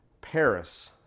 Paris